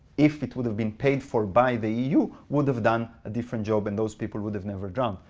if it would have been paid for by the eu, would have done different job, and those people would have never drowned.